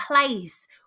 place